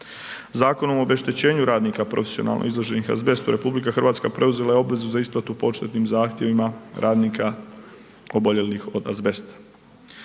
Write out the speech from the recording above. Zakonom o obeštećenju radnika profesionalno izloženih azbestu RH preuzela je obvezu za isplatu početnim zahtjevima radnika oboljelih od azbesta.